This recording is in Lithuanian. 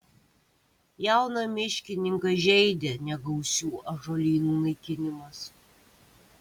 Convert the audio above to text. jauną miškininką žeidė negausių ąžuolynų naikinimas